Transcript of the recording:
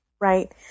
Right